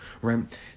right